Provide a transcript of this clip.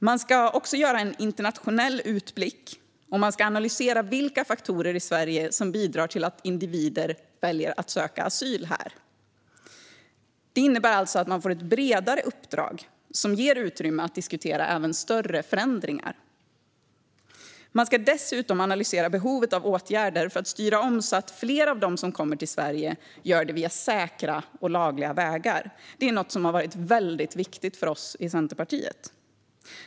Man ska också göra en internationell utblick och analysera vilka faktorer i Sverige som bidrar till att individer väljer att söka asyl här. Detta innebär att man får ett bredare uppdrag som ger utrymme att diskutera även större förändringar. Man ska dessutom analysera behovet av åtgärder för att styra om så att fler av dem som kommer till Sverige gör det via säkra och lagliga vägar. Detta är någonting som har varit väldigt viktigt för oss i Centerpartiet.